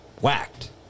whacked